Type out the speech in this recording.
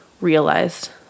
realized